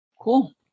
cool